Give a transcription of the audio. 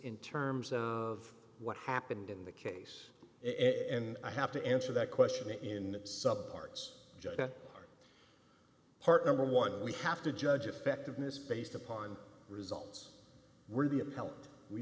in terms of what happened in the case it and i have to answer that question in sub parts part number one we have to judge effectiveness based upon results were the